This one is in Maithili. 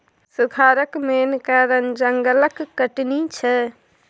सुखारक मेन कारण जंगलक कटनी छै